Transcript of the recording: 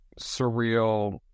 surreal